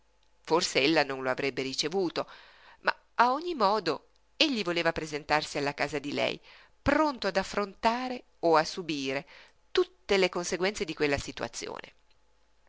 forse ella non lo avrebbe ricevuto ma a ogni modo egli voleva presentarsi alla casa di lei pronto ad affrontare o a subire tutte le conseguenze di quella situazione